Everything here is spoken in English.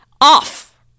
off